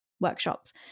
workshops